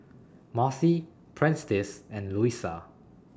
Marcy Prentice and Luisa